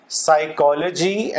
psychology